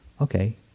Okay